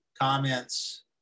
comments